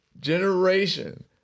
generation